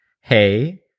Hey